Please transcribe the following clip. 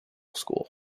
school